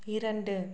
இரண்டு